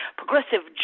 progressive